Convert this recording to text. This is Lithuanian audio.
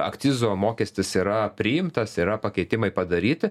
akcizo mokestis yra priimtas yra pakeitimai padaryti